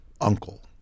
uncle